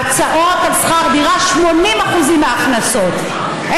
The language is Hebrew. הוצאות של 80% מההכנסות על שכר דירה.